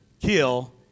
kill